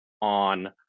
on